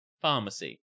pharmacy